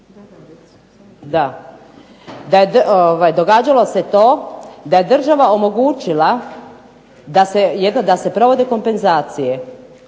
da događalo se to da je država omogućila da se provode kompenzacije.